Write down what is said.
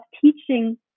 teaching